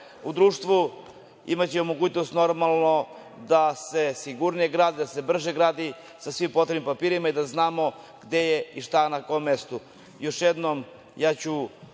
u društvu, imaćemo mogućnost da se sigurnije gradi i da se brže gradi, sa svim potrebnim papirima i da znamo gde je i šta na kom mestu. Još